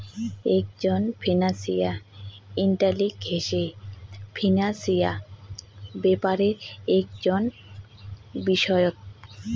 একজন financial analyst হসে financial ব্যাপারে একজন বিশষজ্ঞ